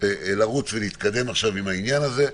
לרוץ ולהתקדם עכשיו עם העניין הזה.